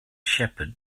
shepherd